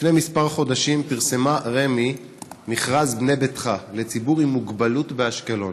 לפני כמה חודשים פרסמה רמ"י מכרז בנה ביתך לציבור עם מוגבלות באשקלון,